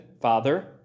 father